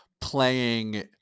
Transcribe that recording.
playing